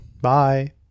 Bye